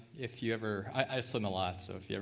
if you ever, i swim a lot, so if you ever